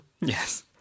Yes